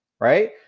right